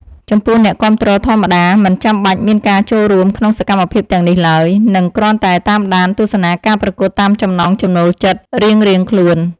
ចំពោះអ្នកគាំទ្រធម្មតាមិនចាំបាច់មានការចូលរួមក្នុងសកម្មភាពទាំងនេះឡើយ និង គ្រាន់តែតាមដានទស្សនាការប្រកួតតាមចំណង់ចំណូលចិត្តរៀងៗខ្លួន។